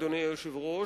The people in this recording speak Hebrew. אדוני היושב-ראש,